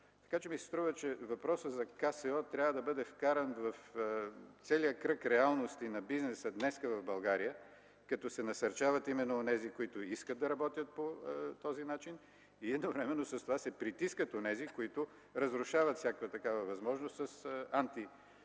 Струва ми се, че въпросът за КСО трябва да бъде вкаран в целия кръг реалности на бизнеса в България днес, като се насърчават именно онези, които искат да работят по този начин и едновременно с това се притискат онези, които разрушават всякаква такава възможност с антипазарното